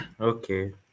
Okay